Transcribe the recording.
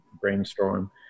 brainstorm